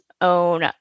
own